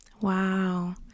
Wow